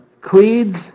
creeds